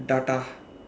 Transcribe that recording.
data